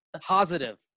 positive